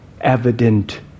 evident